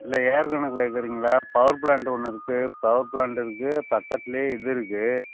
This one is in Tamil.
இல்லை ஏர் கணக்கில் கேட்கறீங்களா பவர் ப்ளாண்ட் ஒன்று இருக்குது பவர் ப்ளாண்ட் இருக்குது பக்கத்திலயே இது இருக்குது